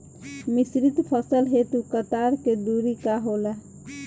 मिश्रित फसल हेतु कतार के दूरी का होला?